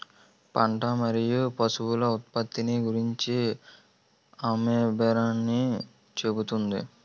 పంట మరియు పశువుల ఉత్పత్తిని గూర్చి అమ్మేబేరాన్ని చెబుతుంది